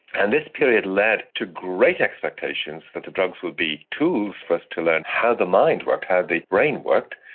and this period led to great expectations that the drugs would be tools for us to learn how the mind worked, how the brain worked,